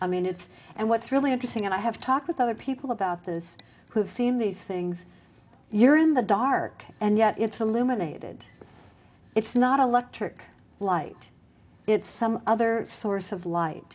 i mean it's and what's really interesting and i have talked with other people about this who have seen these things you're in the dark and yet it's a limited it's not a lock trick light it's some other source of light